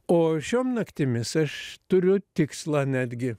o šiom naktimis aš turiu tikslą netgi